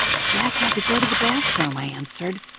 jack had to go to the bathroom, i answered,